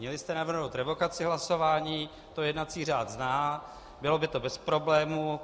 Měli jste navrhnout revokaci hlasování, to jednací řád zná, bylo by to bez problémů.